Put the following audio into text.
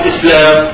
Islam